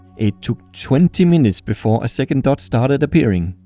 it took twenty minutes before a second dot started appearing.